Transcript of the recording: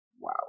Wow